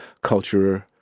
cultural